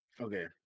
Okay